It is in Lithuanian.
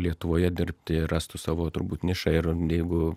lietuvoje dirbti ir rastų savo turbūt nišą ir jeigu